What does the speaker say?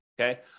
okay